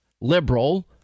liberal